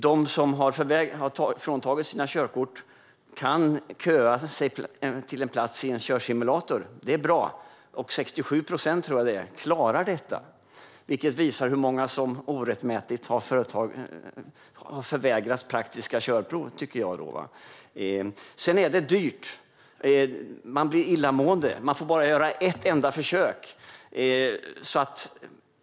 De som har fråntagits sina körkort kan köa sig till en plats i en körsimulator. Det är bra. 67 procent klarar provet i simulatorn, vilket visar hur många som orättmätigt har förvägrats praktiska körprov. Det är dyrt att göra testet, man blir illamående och man får bara göra ett enda försök.